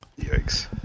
Yikes